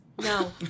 No